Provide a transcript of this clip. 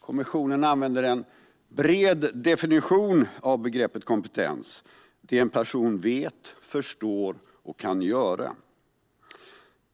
Kommissionen använder en bred definition av begreppet kompetens: det en person vet, förstår och kan göra.